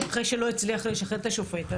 אחרי שלא הצליח לשחד את השופט.